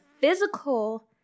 physical